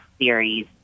series